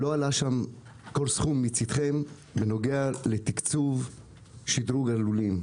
לא עלה שם כל סכום מצדכם בנוגע לתקצוב לשדרוג הלולים.